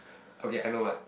okay I know what